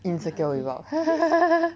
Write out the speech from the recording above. insecure without